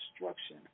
instruction